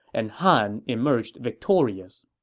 and han emerged victorious